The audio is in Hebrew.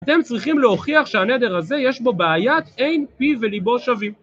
אתם צריכים להוכיח שהנדר הזה יש בו בעיית 'אין פיו וליבו שווים'